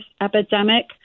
epidemic